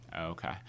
Okay